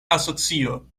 asocio